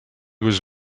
was